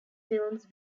films